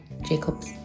Jacob's